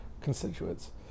constituents